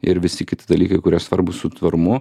ir visi kiti dalykai kurie svarbūs su tvarumu